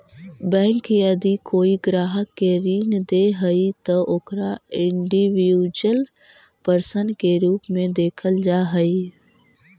bank यदि कोई ग्राहक के ऋण दे हइ त ओकरा इंडिविजुअल पर्सन के रूप में देखल जा हइ